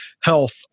health